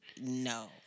No